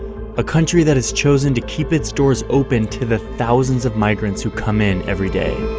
a country that has chosen to keep its doors open to the thousands of migrants who come in everyday.